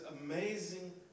amazing